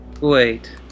Wait